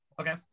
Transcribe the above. Okay